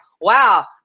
wow